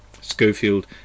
Schofield